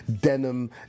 denim